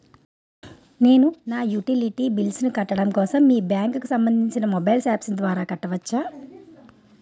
నేను నా utility bills కట్టడం కోసం మీ బ్యాంక్ కి సంబందించిన మొబైల్ అప్స్ ద్వారా కట్టవచ్చా?